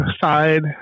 side